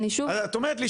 את אומרת לי,